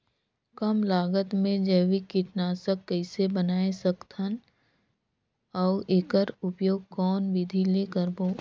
कम लागत मे जैविक कीटनाशक कइसे बनाय सकत हन अउ एकर उपयोग कौन विधि ले करबो?